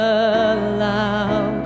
aloud